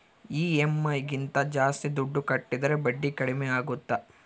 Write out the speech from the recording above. EMI ಗಿಂತ ಜಾಸ್ತಿ ದುಡ್ಡು ಕಟ್ಟಿದರೆ ಬಡ್ಡಿ ಕಡಿಮೆ ಆಗುತ್ತಾ?